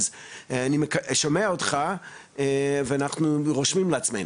אז אני שומע אותך ואנחנו רושמים לעצמינו.